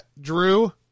Drew